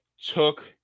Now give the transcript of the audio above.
took